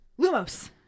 Lumos